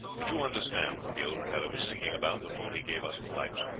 did you understand what the old fellow was singing about before he gave us the pipes